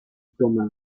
toma